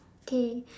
okay